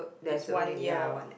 it's one year